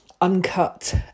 uncut